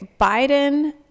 biden